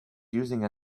using